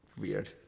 weird